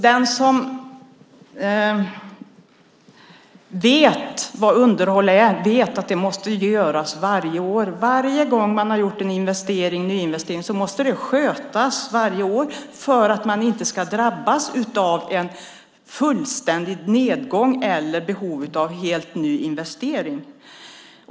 Den som vet vad underhåll är vet också att det måste göras varje år. Varje gång man har gjort en investering eller nyinvestering måste den skötas varje år för att man inte ska drabbas av en fullständig nedgång eller ett behov av en helt ny investering.